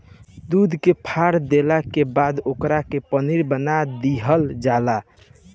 दूध के फार देला के बाद ओकरे पनीर बना दीहल जला